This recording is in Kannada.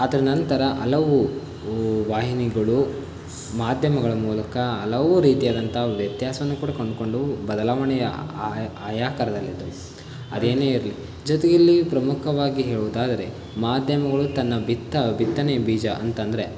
ಅದರ ನಂತರ ಹಲವು ಊ ವಾಹಿನಿಗಳು ಮಾಧ್ಯಮಗಳ ಮೂಲಕ ಹಲವು ರೀತಿಯಾದಂಥ ಒಂದು ವ್ಯತ್ಯಾಸವನ್ನೂ ಕೂಡ ಕಂಡುಕೊಂಡು ಬದಲಾವಣೆಯ ಆಯಾ ಆಯಾಕರದಲ್ಲಿದ್ದವು ಅದೇನೇ ಇರಲಿ ಜತೆಯಲ್ಲಿ ಪ್ರಮುಖವಾಗಿ ಹೇಳುವುದಾದರೆ ಮಾಧ್ಯಮಗಳು ತನ್ನ ಬಿತ್ತ ಬಿತ್ತನೆಯ ಬೀಜ ಅಂತಂದರೆ